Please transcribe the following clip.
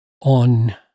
on